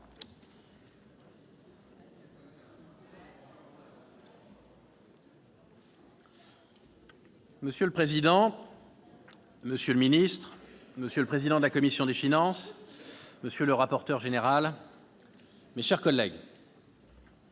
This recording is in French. Monsieur le président, monsieur le ministre, monsieur le président de la commission des finances, monsieur le rapporteur général, mes chers collègues,